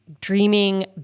dreaming